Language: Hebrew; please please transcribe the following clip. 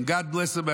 God Bless America,